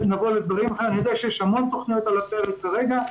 אני יודע שיש המון תכניות על הפרק כרגע,